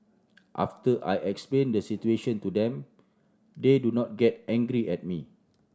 after I explain the situation to them they do not get angry at me